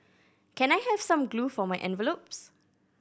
can I have some glue for my envelopes